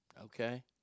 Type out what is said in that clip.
Okay